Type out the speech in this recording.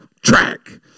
track